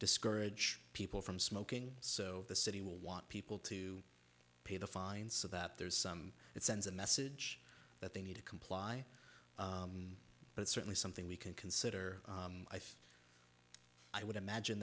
discourage people from smoking so the city will want people to pay the fine so that there's some it sends a message that they need to comply but certainly something we can consider i think i would imagine